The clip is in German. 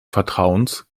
vertrauens